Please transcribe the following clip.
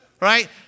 right